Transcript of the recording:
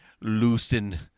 loosen